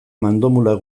mandomulak